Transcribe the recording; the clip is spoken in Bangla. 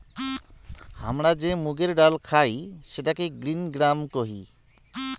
হামরা যে মুগের ডাল খাই সেটাকে গ্রিন গ্রাম কোহি